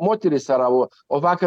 moterys arabų o vakar